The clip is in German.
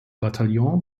bataillon